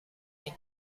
ini